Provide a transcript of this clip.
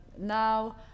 Now